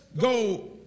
go